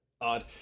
odd